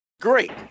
great